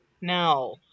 No